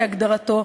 כהגדרתו,